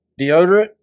deodorant